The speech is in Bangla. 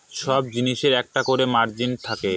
সব জিনিসের একটা করে মার্জিন থাকে